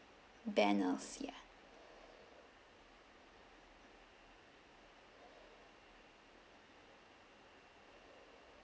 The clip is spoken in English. banners ya